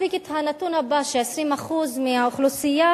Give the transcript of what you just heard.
מספיק הנתון הבא, ש-20% מהאוכלוסייה